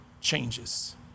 changes